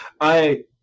I-